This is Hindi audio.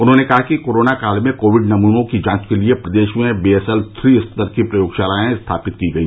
उन्होंने कहा कि कोरोना काल में कोविड नमूनों की जांच के लिए प्रदेश में बीएसएल श्री स्तर की प्रयोगशालाएं स्थापित की गई